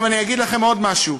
אני אגיד לכם עוד משהו: